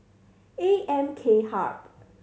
A M K Hub